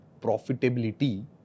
profitability